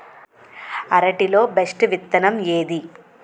అరటి లో బెస్టు విత్తనం ఏది?